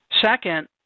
Second